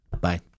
Bye